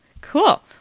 cool